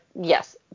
yes